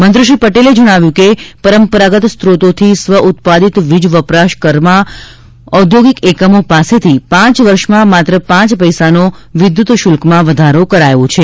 મંત્રીશ્રી પટેલે જણાવ્યું કે પરંપરાગત સ્રોતોથી સ્વ ઉત્પાદિત વીજ વપરાશ કરમાં ઔદ્યોગિક એકમો પાસેથી પાંચ વર્ષમાં માત્ર પાંચ પૈસાનો વિદ્યત શૃલ્કમાં વધારો કરાયો છે